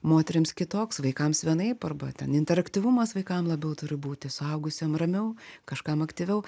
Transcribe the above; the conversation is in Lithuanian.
moterims kitoks vaikams vienaip arba ten interaktyvumas vaikam labiau turi būti suaugusiem ramiau kažkam aktyviau